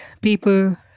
people